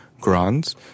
grants